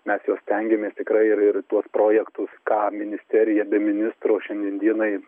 mes jau stengiamės tikrai ir ir tuos projektus ką ministerija be ministro šiandien dienai